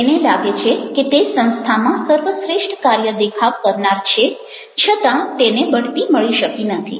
તેને લાગે છે કે તે સંસ્થામાં સર્વશ્રેષ્ઠ કાર્ય દેખાવ કરનાર છે છતાં તેને બઢતી મળી શકી નથી